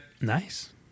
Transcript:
Nice